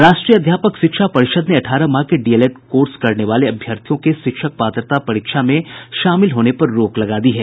राष्ट्रीय अध्यापक शिक्षा परिषद ने अठारह माह के डीएलएड कोर्स करने वाले अभ्यर्थियों के शिक्षक पात्रता परीक्षा में शामिल होने पर रोक लगा दी है